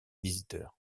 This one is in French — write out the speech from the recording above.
visiteurs